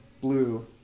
blue